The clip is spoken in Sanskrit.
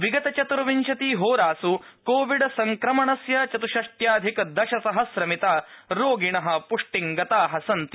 विगत चत्र्विशति होरास् कोविड संक्रमणस्य चत्ष्षष्ट्यधिक दश सहस्रमिताः रोगिणः पुष्टिङ्गताः सन्ति